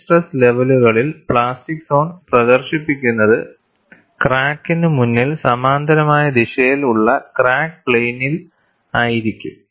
high stress ലെവലുകളിൽ plastic zone പ്രദർശിപ്പിക്കുന്നത് ക്രാക്ക്ന് മുന്നിൽ സമാന്തരമായ ദിശയിൽ ഉള്ള ക്രാക്ക് പ്ലെയിനിൽ ആയിരിക്കും